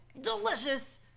delicious